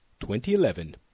2011